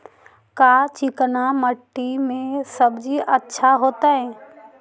का चिकना मट्टी में सब्जी अच्छा होतै?